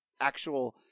actual